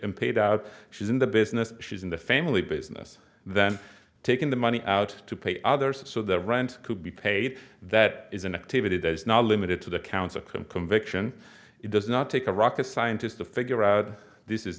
the paid out she's in the business she's in the family business then taking the money out to pay others so the rent could be paid that is an activity that is not limited to the council conviction it does not take a rocket scientist to figure out this is